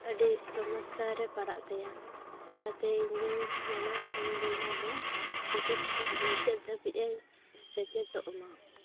ᱟᱹᱰᱤ ᱥᱚᱢᱚᱥᱥᱟ ᱨᱮ ᱯᱟᱲᱟᱜ ᱛᱟᱭᱟ ᱚᱱᱟ ᱛᱮ ᱤᱧ ᱫᱚᱧ ᱢᱮᱱᱟ ᱤᱧ ᱵᱚᱭᱦᱟ ᱫᱚ ᱥᱮᱪᱮᱫ ᱢᱩᱪᱟᱹᱫ ᱫᱷᱟᱹᱵᱤᱡᱼᱮ ᱥᱮᱪᱮᱫᱚᱜ ᱢᱟ